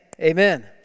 amen